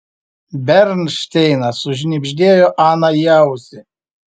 bernšteinas sušnibždėjo ana į ausį